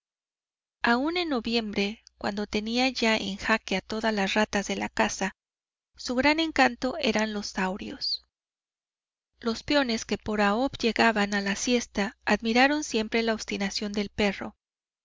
aún en noviembre cuando tenía ya en jaque a todas las ratas de la casa su gran encanto eran los saurios los peones que por a o b llegaban a la siesta admiraron siempre la obstinación del perro